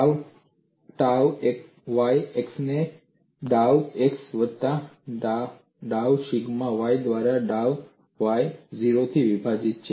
ડાઉ tau y x ને ડાઉ x વત્તા ડાઉ સિગ્મા y દ્વારા ડાઉ y 0 થી વિભાજીત